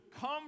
come